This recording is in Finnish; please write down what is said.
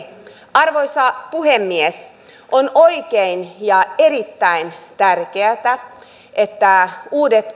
arvoisa puhemies on oikein ja erittäin tärkeätä että uudet